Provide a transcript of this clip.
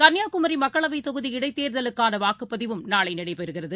கன்னியாகுமரிமக்களவைத் தொகுதி இடைத்தேர்தலுக்கானவாக்குப்பதிவும் நாளைநடைபெறுகிறது